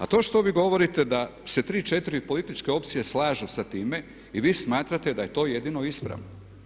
A to što vi govorite da se 3, 4 političke opcije slažu sa time i vi smatrate da je to jedino ispravno.